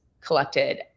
collected